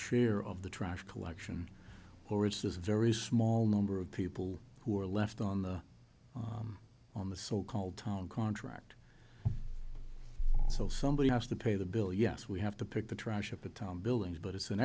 share of the trash collection or it's just a very small number of people who are left on the on the so called town contract so somebody has to pay the bill yes we have to pick the trash up at town buildings but it's an